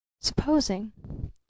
supposing